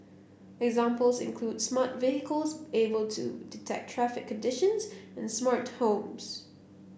examples include smart vehicles able to detect traffic conditions and smart homes